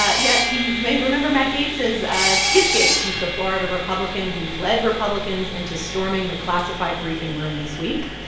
ah yes. he may remember matt gaetz is scif-gate. he's the florida republican who led republicans into storming the classified briefing room this week.